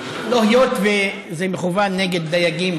היות שזה מכוון נגד דייגים,